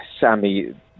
Sammy